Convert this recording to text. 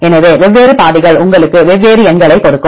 எனவே வெவ்வேறு பாதைகள் உங்களுக்கு வெவ்வேறு எண்களைக் கொடுக்கும்